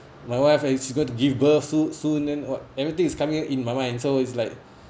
my wife is going to give birth soon soon then what everything is coming in my mind so is like